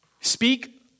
Speak